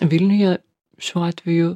vilniuje šiuo atveju